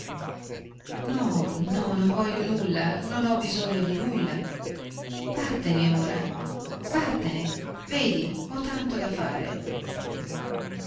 no no non voglio nulla non ho bisogno di nulla vattene ora vattene vedi ho tanto da fare